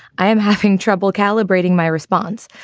i am having trouble calibrating my response.